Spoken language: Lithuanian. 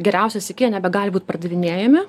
geriausias iki nebegali būt pardavinėjami